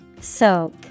Soak